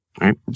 right